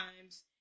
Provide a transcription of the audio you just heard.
times